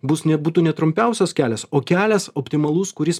bus nebūtų ne trumpiausias kelias o kelias optimalus kuris